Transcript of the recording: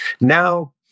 Now